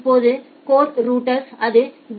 இப்போது core router அது D